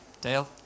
Dale